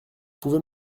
pouvez